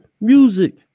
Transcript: music